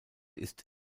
ist